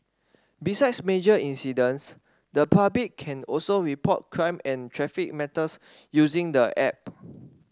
besides major incidents the public can also report crime and traffic matters using the app